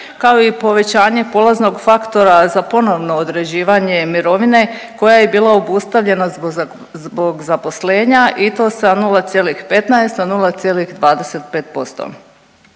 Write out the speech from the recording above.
kao i povećanje polaznog faktora za ponovno određivanje mirovine, koja je bila obustavljena zbog zaposlenja i to sa 0,15 na 0,25%.